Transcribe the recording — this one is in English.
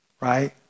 right